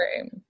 Right